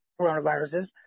coronaviruses